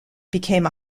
became